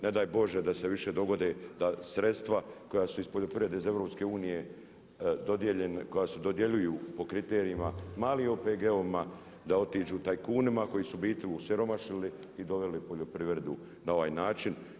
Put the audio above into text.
Ne daj Bože da se više dogode da sredstva koja su iz poljoprivrede, iz Europske unije, koja se dodjeljuju po kriterijima malim OPG-ovima da otiđu tajkunima koji su u biti osiromašili i doveli poljoprivredu na ovaj način.